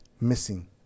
Missing